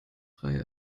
frei